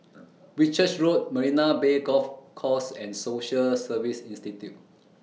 Whitchurch Road Marina Bay Golf Course and Social Service Institute